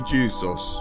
Jesus